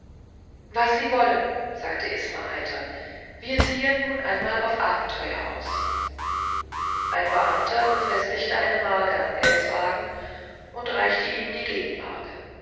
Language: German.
was sie wollen sagte isma heiter wir ziehen nun einmal auf abenteuer aus ein beamter befestigte eine marke an ells wagen und reichte ihm die